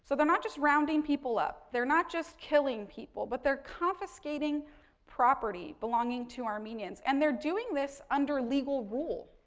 so they're not just rounding people up, they're not just killing people, but, they're confiscating property belonging to armenians. and, they're doing this under legal rule,